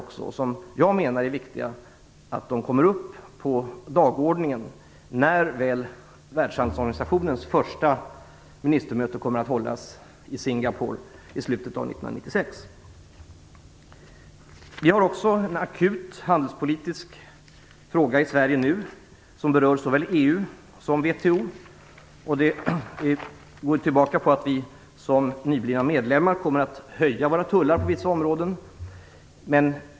Jag menar att det är viktigt att dessa frågor kommer upp på dagordningen när världshandelsorganisationens första ministermöte kommer att hållas i Vi har nu också en akut handelspolitisk fråga i Sverige som berör såväl EU som WTO. Det gäller att vi som nyblivna medlemmar kommer att höja våra tullar på vissa områden.